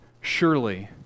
Surely